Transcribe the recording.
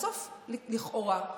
בסוף, לכאורה,